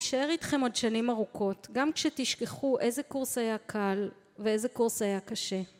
ישאר איתכם עוד שנים ארוכות, גם כשתשכחו איזה קורס היה קל ואיזה קורס היה קשה.